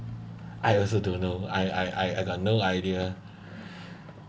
I also don't know I I I got no idea